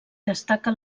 destaca